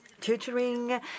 tutoring